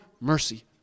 mercy